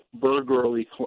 burglary